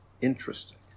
interesting